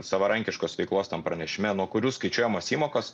savarankiškos veiklos tam pranešime nuo kurių skaičiuojamos įmokos